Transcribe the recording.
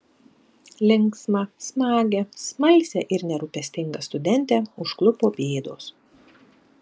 linksmą smagią smalsią ir nerūpestingą studentę užklupo bėdos